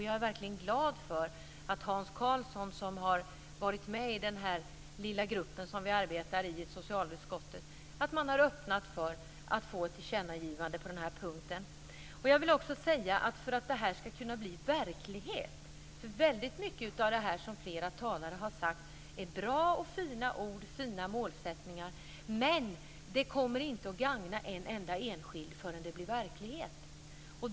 Jag är glad för att Hans Karlsson, som deltagit i den lilla gruppen i socialutskottet, har öppnat för ett tillkännagivande på den punkten. Flera talare har framfört fina ord och önskemål om fina mål. Men de kommer inte att gagna en enda enskild förrän de blir verklighet.